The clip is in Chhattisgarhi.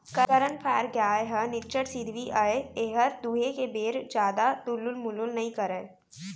करन फ्राइ गाय ह निच्चट सिधवी अय एहर दुहे के बेर जादा तुलुल मुलुल नइ करय